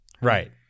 Right